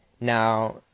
Now